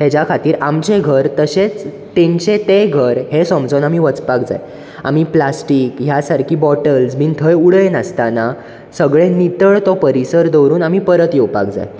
हेच्या खातीर आमचें घर तशेंच तेंचें तें घर अशें समजून आमी वचपाक जाय आमी प्लास्टीक ह्या सारकी बाॅटल थंय उडय नासताना सगळें नितळ तो परिसर दवरून आमी परत येवपाक जाय